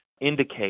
indicate